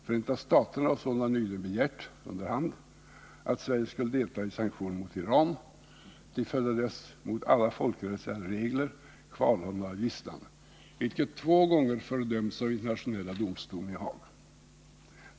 Förenta staterna har sålunda nyligen under hand begärt att Sverige skulle delta i sanktioner mot Iran till följd av deras, mot alla folkrättsliga regler, kvarhållande av gisslan, vilket två gånger fördömts av internationella domstolen i Haag.